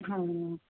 ਹਾਂ